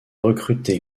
recruté